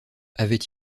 avaient